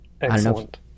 Excellent